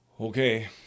Okay